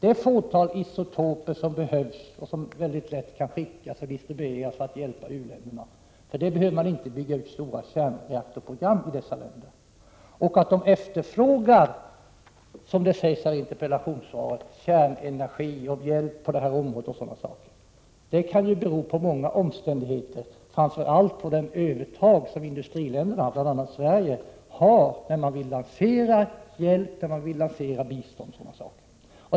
Det fåtal isotoper som kan behövas i u-länderna kräver inte att man i dessa länder bygger upp stora kärnreaktorsprogram. Att dessa länder, som det sägs iinterpellationssvaret, efterfrågar kärnenergi och hjälp på detta område kan ha många skäl, framför allt det övertag som industriländerna, bl.a. Sverige, har när man vill lansera hjälp och bistånd.